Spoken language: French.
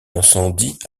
incendie